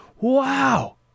Wow